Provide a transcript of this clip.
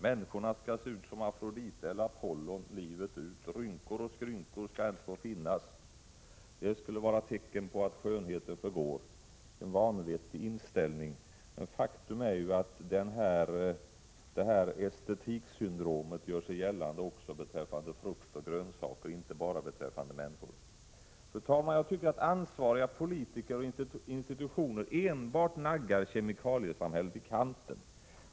Människorna skall se ut som Afrodite eller Apollon livet ut. Rynkor och skrynklor skall inte få finnas. De skulle vara tecken på att skönheten förgår — en vanvettig inställning. Faktum är ju att detta estetiksyndrom gör sig gällande också beträffande frukt och grönsaker, inte bara beträffande människor. Fru talman! Jag tycker att ansvariga politiker och institutioner enbart naggar kemikaliesamhället i kanten.